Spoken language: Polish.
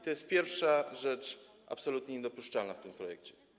To jest pierwsza rzecz, absolutnie niedopuszczalna w tym projekcie.